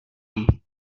room